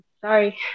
sorry